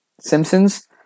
Simpsons